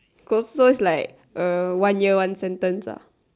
so is like uh one year one sentence ah